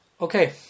okay